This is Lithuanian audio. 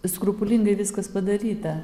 skrupulingai viskas padaryta